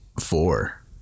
four